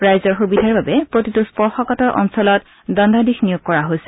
ৰাইজৰ সুবিধাৰ বাবে প্ৰতিটো স্পৰ্শকাতৰ অঞ্চলত দণ্ডাধীশ নিয়োগ কৰা হৈছে